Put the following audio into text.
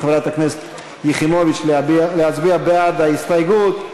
חברת הכנסת יחימוביץ להצביע בעד ההסתייגות.